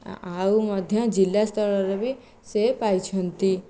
ଆଉ ମଧ୍ୟ ଜିଲ୍ଲା ସ୍ତରରେ ବି ସେ ପାଇଛନ୍ତି